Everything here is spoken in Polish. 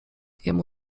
jemu